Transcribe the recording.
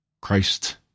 Christ